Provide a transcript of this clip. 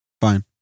Fine